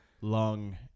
long